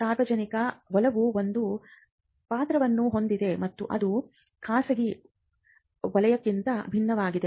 ಸಾರ್ವಜನಿಕ ವಲಯವು ಒಂದು ಪಾತ್ರವನ್ನು ಹೊಂದಿದೆ ಮತ್ತು ಇದು ಖಾಸಗಿ ವಲಯಕ್ಕಿಂತ ಭಿನ್ನವಾಗಿದೆ